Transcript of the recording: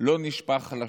לא נשפך לשווא.